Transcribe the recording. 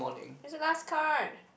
is your last card